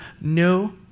no